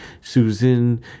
Susan